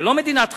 זה לא מדינת חלם.